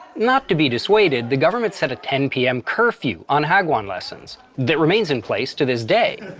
not to be dissuaded, the government set a ten pm curfew on hagwon lessons that remains in place to this day.